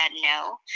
no